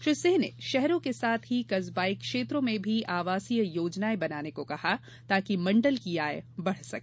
श्री सिंह ने शहरों के साथ ही कस्बाई क्षेत्रों में भी आवासीय योजनाएँ बनाने को कहा ताकि मण्डल की आय बढ़ सके